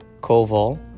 koval